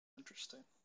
interesting